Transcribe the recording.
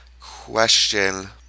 question